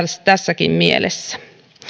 tässäkin mielessä